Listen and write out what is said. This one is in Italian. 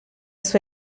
sua